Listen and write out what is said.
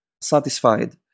satisfied